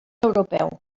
europeu